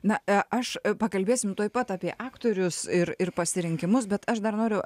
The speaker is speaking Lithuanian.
na aš pakalbėsim tuoj pat apie aktorius ir ir pasirinkimus bet aš dar noriu